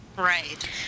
Right